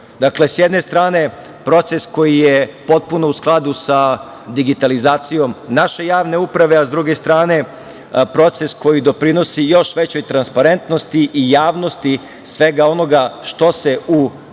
Dakle, sa jedne strane proces koji je potpuno u skladu sa digitalizacijom naše javne uprave, a sa druge strane proces koji doprinosi još većoj transparentnosti i javnosti svega onoga što se u